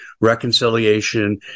reconciliation